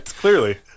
clearly